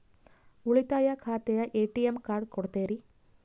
ಉಳಿತಾಯ ಖಾತೆಗೆ ATM card ಕೊಡ್ತೇರಿ?